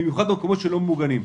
במיוחד במקומות שלא ממוגנים,